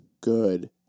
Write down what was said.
good